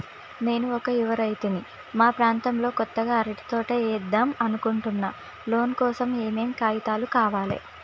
నేను ఒక యువ రైతుని మా ప్రాంతంలో కొత్తగా అరటి తోట ఏద్దం అనుకుంటున్నా లోన్ కోసం ఏం ఏం కాగితాలు కావాలే?